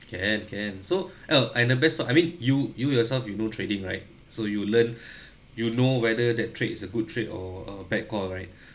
can can so oh and the best part I mean you you yourself you know trading right so you learn you know whether that trade is a good trade or a bad call right